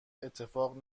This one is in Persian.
اتفاق